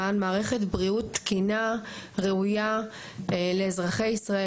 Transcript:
למען מערכת בריאות תקינה ראויה לאזרחי ישראל.